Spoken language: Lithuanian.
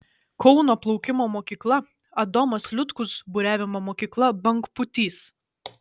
kauno plaukimo mokykla adomas liutkus buriavimo mokykla bangpūtys